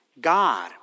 God